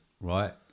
right